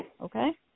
okay